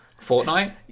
Fortnite